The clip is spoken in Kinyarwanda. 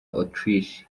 autriche